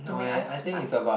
to make us smart